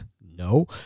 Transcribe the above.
no